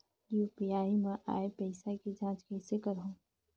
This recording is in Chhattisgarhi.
यू.पी.आई मा आय पइसा के जांच कइसे करहूं?